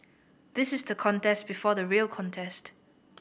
this is the contest before the real contest